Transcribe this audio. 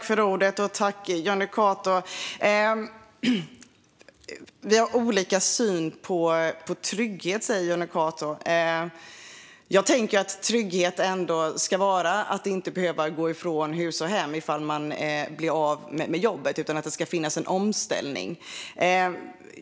Fru talman! Vi har olika syn på trygghet, säger Jonny Cato. Jag tänker att trygghet ändå ska vara att inte behöva gå från hus och hem om man blir av med jobbet; det ska finnas en omställning.